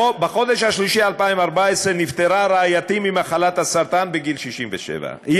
בחודש מרס 2014 נפטרה רעייתי ממחלת הסרטן בגיל 67. היא